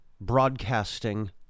broadcasting